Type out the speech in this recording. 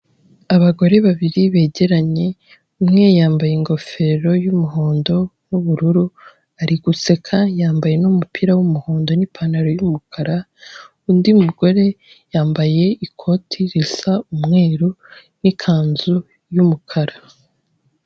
Abagore babiri begeranye umwe yambaye ingofero y'umuhondo n'ubururu ari guseka yambaye n'umupira w'umuhondo n'ipantaro y'umukara undi mugore yambaye ikoti risa umweru n'ikanzu y'umukara.